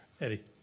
Eddie